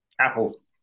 Apple